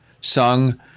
sung